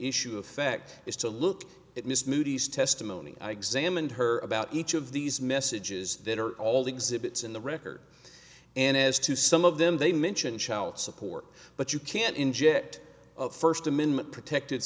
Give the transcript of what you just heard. issue effect is to look at miss moody's testimony i examined her about each of these messages that are all exhibits in the record and as to some of them they mention child support but you can't inject first amendment protected